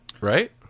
Right